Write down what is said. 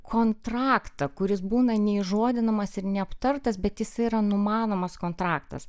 kontraktą kuris būna neįžodinamas ir neaptartas bet jisai yra numanomas kontraktas